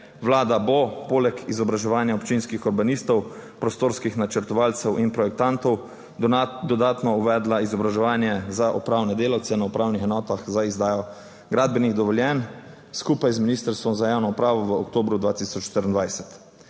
Vlada bo poleg izobraževanja občinskih urbanistov, prostorskih načrtovalcev in projektantov dodatno uvedla izobraževanje za upravne delavce na upravnih enotah za izdajo gradbenih dovoljenj skupaj z Ministrstvom za javno upravo v oktobru 2024.